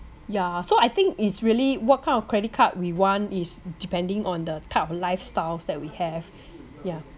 ya so I think it's really what kind of credit card we want is depending on the type of lifestyles that we have yeah